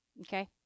Okay